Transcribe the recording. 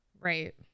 Right